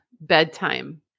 Bedtime